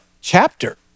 chapter